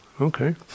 Okay